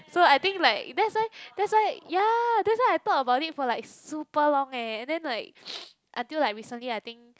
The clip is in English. so I think like that's why that's why ya that's why I thought about it for like super long eh then like until like recently I think